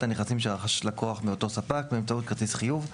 הנכסים שרכש לקוח מאותו ספק באמצעות כרטיס חיוב,